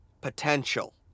potential